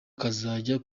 kazajya